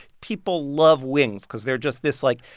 people love wings because they're just this, like,